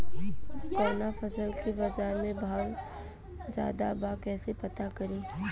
कवना फसल के बाजार में भाव ज्यादा बा कैसे पता करि?